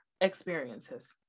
experiences